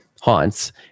haunts